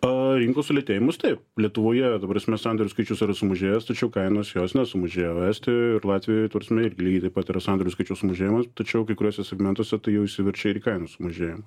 a rinkos sulėtėjimus taip lietuvoje ta prasme sandorių skaičius yra sumažėjęs tačiau kainos jos nesumažėjo estijoje ir latvijoje ta prasme ir lygiai taip pat yra sandorių skaičius sumažėjimas tačiau kai kuriuose segmentuose tai jau išsiverčia ir į kainos sumažėjimas